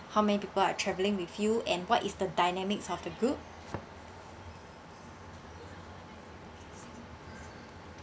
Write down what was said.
how many people are traveling with you and what is the dynamics of the group